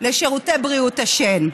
לשירותי בריאות השן.